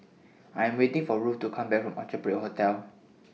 I Am waiting For Ruth to Come Back from Orchard Parade Hotel